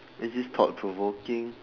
is this thought provoking